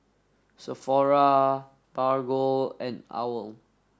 Sephora Bargo and OWL